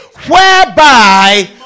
whereby